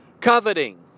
coveting